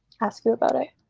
ask you about it.